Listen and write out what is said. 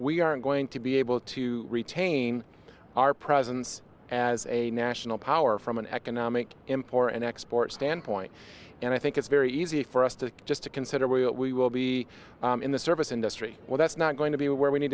we are going to be able to retain our presence as a national power from an economic import and export standpoint and i think it's very easy for us to just to consider what we will be in the service industry well that's not going to be where we need